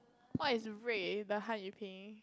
what is rui the hanyu pinyin